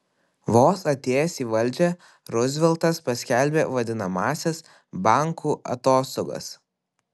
vos atėjęs į valdžią ruzveltas paskelbė vadinamąsias bankų atostogas